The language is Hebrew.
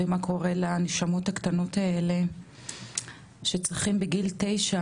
מה קורה לנשמות הקטנות האלה שצריכים בגיל תשע